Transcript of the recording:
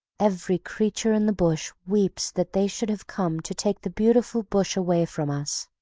every creature in the bush weeps that they should have come to take the beautiful bush away from us.